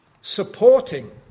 supporting